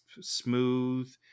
smooth